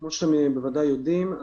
כמו שאתם בוודאי יודעים,